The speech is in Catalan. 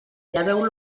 lleveu